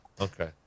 Okay